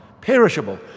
perishable